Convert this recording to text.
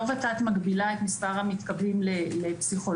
ות"ת לא מגבילה את מספר המתקבלים לפסיכולוגיה.